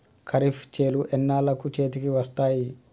ఖరీఫ్ చేలు ఎన్నాళ్ళకు చేతికి వస్తాయి?